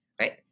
right